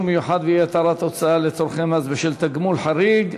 מיוחד ואי-התרת הוצאה לצורכי מס בשל תגמול חריג),